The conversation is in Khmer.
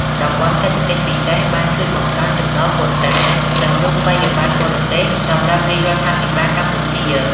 តំបន់សេដ្ឋកិច្ចពិសេសបានជួយបង្កើនចំណូលពន្ធដារ និងរូបិយបណ្ណបរទេសសម្រាប់រាជរដ្ឋាភិបាលកម្ពុជា។